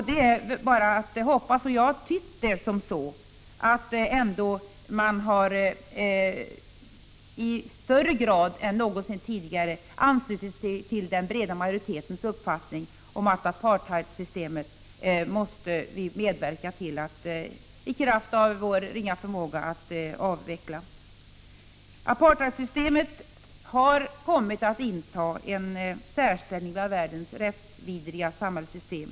Det är bara att hoppas, och jag har tytt det så, att man i högre grad än någonsin tidigare har anslutit sig till den breda majoritetens uppfattning om att vi, i kraft av vår ringa förmåga, måste medverka till att avveckla apartheidsystemet. Apartheidsystemet har kommit att inta en särställning bland världens rättsvidriga samhällssystem.